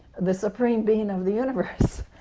the supreme being of the universe.